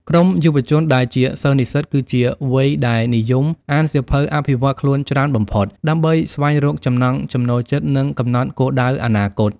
ក្រុមយុវជនដែលជាសិស្សនិស្សិត គឺជាវ័យដែលនិយមអានសៀវភៅអភិវឌ្ឍខ្លួនច្រើនបំផុត ដើម្បីស្វែងរកចំណង់ចំណូលចិត្ត និងកំណត់គោលដៅអនាគត។